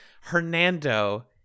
Hernando